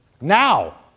Now